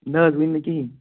نہ حظ ؤنۍ نہٕ کِہیٖنۍ